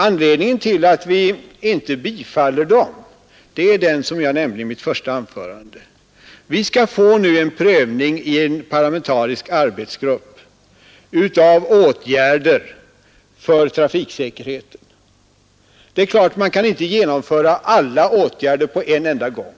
Anledningen till att vi inte tillstyrker dem är den som jag nämnde i mitt första anförande. Vi skall i en parlamentarisk arbetsgrupp få en prövning av åtgärder för trafiksäkerheten. Det är klart att man inte kan genomföra alla åtgärder på en enda gång,